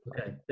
Okay